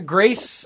Grace